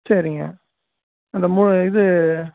சரிங்க அந்த மூ இது